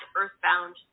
earthbound